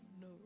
No